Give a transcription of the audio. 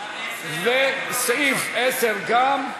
סעיף 10 גם,